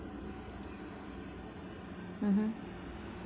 mmhmm